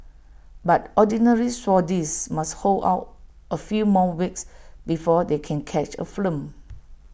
but Ordinary Saudis must hold out A few more weeks before they can catch A film